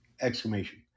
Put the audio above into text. exclamation